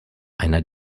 einer